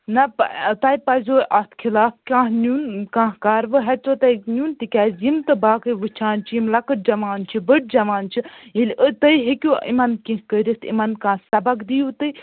نا تۄہہِ پَزیٚو اتھ خِلاف کانٛہہ نُین کانٛہہ کاروٲیی ہیٚژیٚو تۄہہِ نیوٛن تہِ کیازِ یِم تہِ باقٕے وٕچھان چھِ یِم لَوٚکٕٹ جوان چھِ یِم بٔڑ جوان چھِ ییٚلہِ توہۍ ہیٚکِو یِمن کیٚنہہ کٔرِتھ یِمن کانٛہہ سبق دِیِو تُہۍ